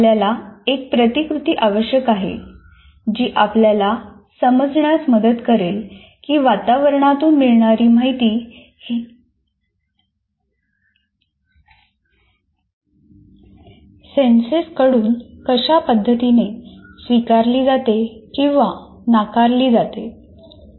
आपल्याला एक प्रतिकृती आवश्यक आहे जी आपल्याला समजण्यास मदत करेल की वातावरणातून मिळणारी माहिती सेन्सेस कडून कशा पद्धतीने स्वीकारले जाते किंवा नाकारले जाते